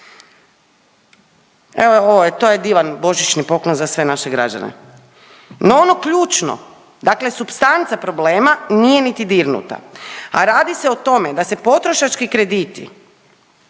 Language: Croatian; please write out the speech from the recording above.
ovo je, to je divan božićni poklon za sve naše građane. No ono ključno, dakle supstanca problema nije niti dirnuta, a radi se o tome da se potrošački krediti,